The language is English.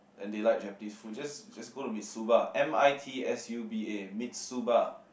and they like Japanese food just just go to Mitsuba m_i_t_s_u_b_a Mitsuba